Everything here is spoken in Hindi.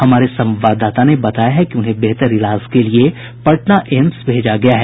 हमारे संवाददाता ने बताया है कि उन्हें बेहतर इलाज के लिए पटना एम्स भेजा गया है